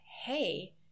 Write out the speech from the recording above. hey